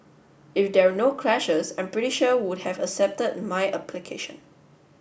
if there no clashes I'm pretty sure would have accepted my application